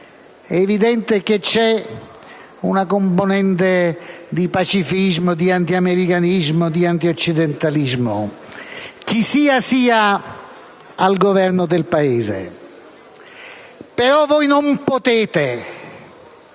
È evidente che c'è una componente di pacifismo, di antiamericanismo, di antioccidentalismo, chi sia sia al Governo del Paese. Però voi non potete